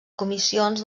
comissions